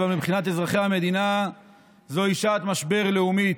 אבל מבחינת אזרחי המדינה זוהי שעת משבר לאומית: